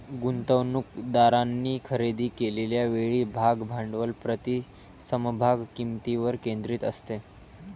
गुंतवणूकदारांनी खरेदी केलेल्या वेळी भाग भांडवल प्रति समभाग किंमतीवर केंद्रित असते